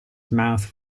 mouth